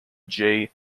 jay